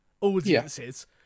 audiences